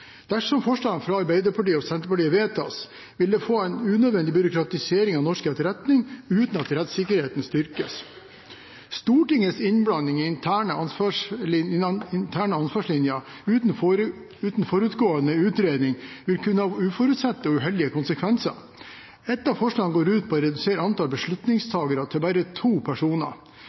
Dersom forslagene fra Arbeiderpartiet og Senterpartiet vedtas, vil vi få en unødvendig byråkratisering av norsk etterretning uten at rettssikkerheten styrkes. Stortingets innblanding i interne ansvarslinjer uten forutgående utredning vil kunne ha uforutsette og uheldige konsekvenser. Et av forslagene går ut på å redusere antall beslutningstagere til bare to personer.